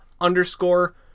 Underscore